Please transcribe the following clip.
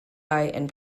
and